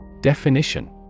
Definition